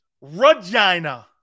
Regina